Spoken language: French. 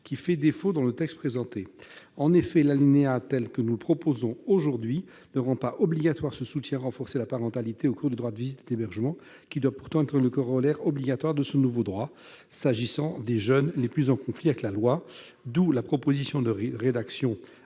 qui fait défaut dans le texte présenté. En effet, le texte, tel qu'il est proposé aujourd'hui, ne rend pas obligatoire ce soutien renforcé à la parentalité au cours des droits de visite et d'hébergement qui doit pourtant être le corollaire obligatoire de ce nouveau droit, s'agissant des jeunes les plus en conflit avec la loi. Nous proposons donc